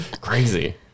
crazy